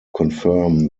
confirm